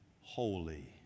holy